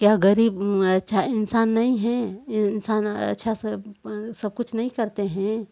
क्या गरीब अच्छा इंसान नहीं है इंसान अच्छा से सब कुछ नहीं करते हैं